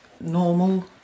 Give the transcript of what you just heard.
normal